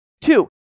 Two